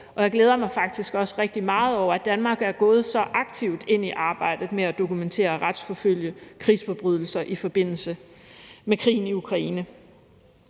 Og jeg glæder mig faktisk også rigtig meget over, at Danmark er gået så aktivt ind i arbejdet med at dokumentere og retsforfølge krigsforbrydelser i forbindelse med krigen i Ukraine.